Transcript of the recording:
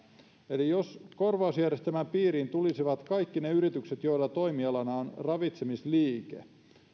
eli jos korvausjärjestelmän piiriin tulisivat kaikki ne yritykset joilla toimialana on ravitsemisliike